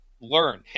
learn